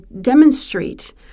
demonstrate